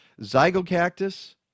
Zygocactus